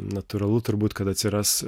natūralu turbūt kad atsiras